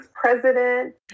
president